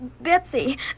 Betsy